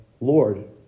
Lord